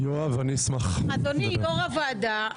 אדוני יושב-ראש הוועדה,